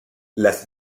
las